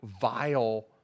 vile